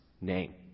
name